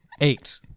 Eight